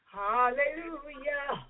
hallelujah